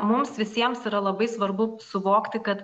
mums visiems yra labai svarbu suvokti kad